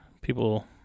People